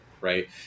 Right